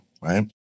Right